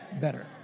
better